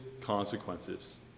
consequences